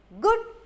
good